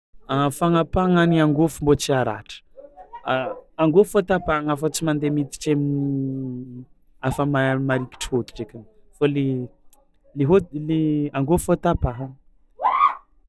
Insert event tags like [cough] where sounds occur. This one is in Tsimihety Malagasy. A fagnapahagna ny angôfo mbô tsy haratra [noise] a angôfo fao tapahagna fao tsy manditry amin'ny afa ma- marikitry hôditry akagny fao le le hôd- le angôfo fao tapahagna. [noise]